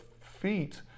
feet